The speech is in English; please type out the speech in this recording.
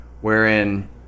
wherein